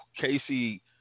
Casey